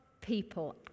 people